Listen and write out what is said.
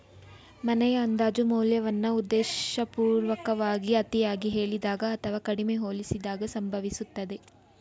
ಮನೆಯ ಅಂದಾಜು ಮೌಲ್ಯವನ್ನ ಉದ್ದೇಶಪೂರ್ವಕವಾಗಿ ಅತಿಯಾಗಿ ಹೇಳಿದಾಗ ಅಥವಾ ಕಡಿಮೆ ಹೋಲಿಸಿದಾಗ ಸಂಭವಿಸುತ್ತದೆ